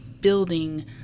building